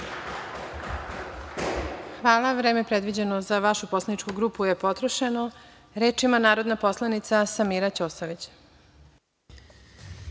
Hvala. Vreme predviđeno za vašu poslaničku grupu je potrošeno. Reč ima narodna poslanica Samira Ćosović.